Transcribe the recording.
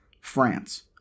France